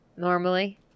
Normally